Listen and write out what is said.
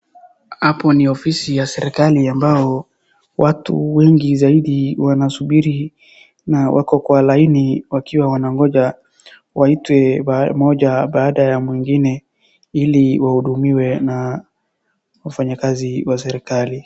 Hapo ni ofisi ya serikali ambao watu wengi zaidi wanasubiri na wako kwa laini wakiwa wanangoja waitwe mmoja baada ya mwingine ili wahudumiwe na wafanyakazi wa serikali.